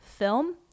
Film